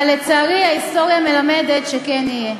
אבל לצערי ההיסטוריה מלמדת שכן יהיה.